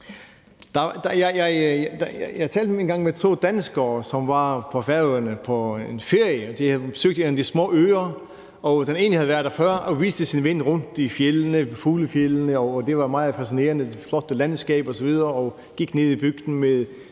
Jeg talte engang med to danskere, som var på Færøerne på en ferie. De besøgte en af de små øer. Den ene havde været der før og viste sin ven rundt i fjeldene, i fuglefjeldene, og de var meget fascinerede af de flotte landskaber osv. Så gik de ned i bygden med